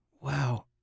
Wow